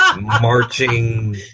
marching